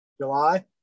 July